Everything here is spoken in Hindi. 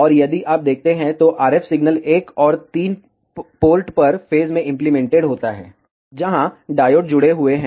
और यदि आप देखते हैं तो RF सिग्नल एक और तीन पोर्ट पर फेज में इम्प्लीमेंट होता है जहां डायोड जुड़े हुए हैं